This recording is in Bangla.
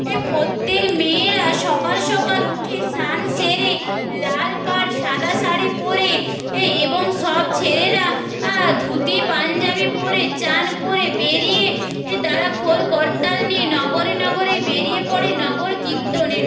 এ প্রত্যেক মেয়েরা সকাল সকাল উঠে স্নান সেরে লাল পাড় সাদা শাড়ি পরে এ এবং সব ছেলেরা আ ধুতি পাঞ্জাবি পরে চান করে বেরিয়ে এ তারা খোল করতাল নিয়ে নগরে নগরে বেরিয়ে পড়ে নগর কীর্তনে